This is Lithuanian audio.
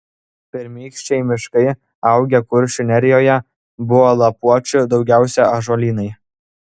pirmykščiai miškai augę kuršių nerijoje buvo lapuočių daugiausiai ąžuolynai